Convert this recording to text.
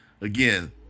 again